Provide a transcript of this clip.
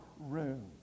room